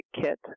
kit